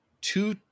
Two